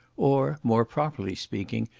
or, more properly speaking,